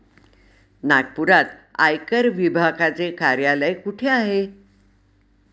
नागपुरात आयकर विभागाचे कार्यालय कुठे आहे?